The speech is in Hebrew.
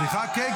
לא,